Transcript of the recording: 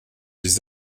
des